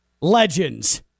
Legends